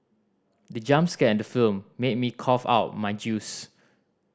the jump scare in the film made me cough out my juice